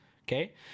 Okay